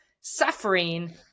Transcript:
suffering